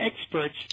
experts